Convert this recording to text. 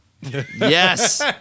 Yes